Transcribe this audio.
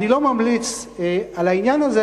אני לא ממליץ על העניין הזה.